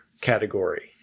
category